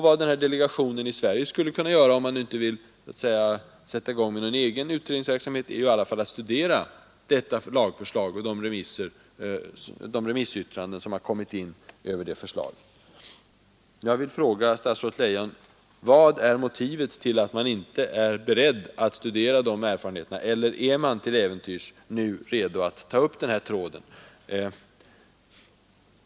Vad delegationen i Sverige skulle kunna göra, om den inte vill sätta i gång en egen utredningsverksamhet, är i alla fall att studera detta lagförslag och de remissyttranden som kommer in. Jag vill fråga statsrådet Leijon: Vad är motivet till att man inte är beredd att studera dessa erfarenheter? Eller är man till äventyrs nu beredd att ta upp denna tråd?